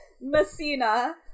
Messina